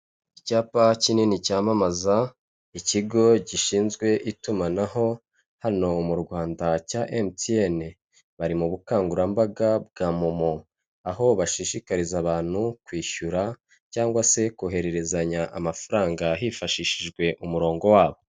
icyapa kinini cyamamaza ikigo gishinzwe itumanaho hano mu rwanda cya mtienne bari mu bukangurambaga bwa momo aho bashishikariza abantu kwishyura cyangwa se kohererezanya amafaranga hifashishijwe umurongo wabo